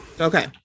Okay